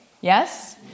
yes